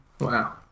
Wow